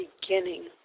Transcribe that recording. beginning